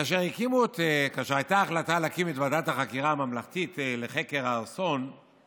כאשר הייתה החלטה להקים את ועדת החקירה הממלכתית לחקר האסון,